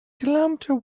kilometre